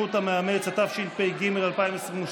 כשירות המאמץ), התשפ"ג 2022,